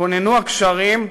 כוננו הקשרים,